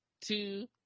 two